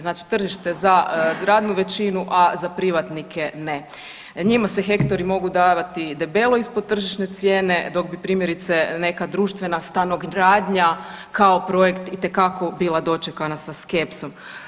Znači tržište za … većinu, a za privatnike ne, njima se hektari mogu davati debelo ispod tržišne cijene dok bi primjerice neka društvena stanogradnja kao projekt itekako bila dočekana sa skepsom.